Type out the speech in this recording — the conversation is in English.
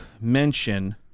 mention